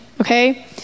okay